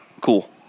cool